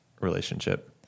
relationship